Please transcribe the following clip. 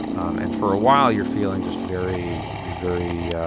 um and for a while you're feeling just very very yeah